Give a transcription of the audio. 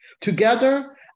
Together